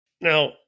Now